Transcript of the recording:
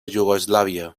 iugoslàvia